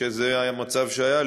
שזה המצב שהיה,